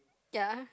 ya